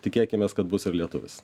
tikėkimės kad bus ir lietuvis